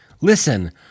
Listen